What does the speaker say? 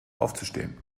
aufzustehen